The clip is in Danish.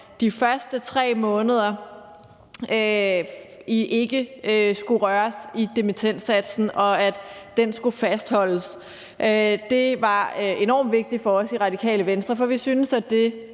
de første 3 måneder på dimittendsatsen ikke skulle røres, og at den skulle fastholdes. Det var enormt vigtigt for os i Radikale Venstre, for vi syntes, at det